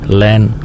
land